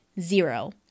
zero